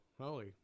holy